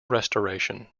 restoration